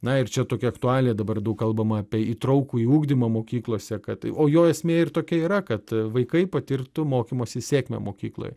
na ir čia tokia aktualija dabar daug kalbama apie įtraukųjį ugdymą mokyklose kad o jo esmė ir tokia yra kad vaikai patirtų mokymosi sėkmę mokykloj